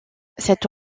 cette